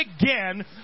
again